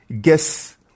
guess